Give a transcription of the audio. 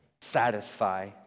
Satisfy